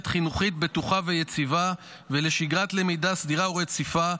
חינוכית בטוחה ויציבה ולשגרת למידה סדירה ורציפה,